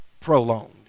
prolonged